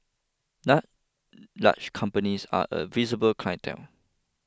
now large companies are a visible clientele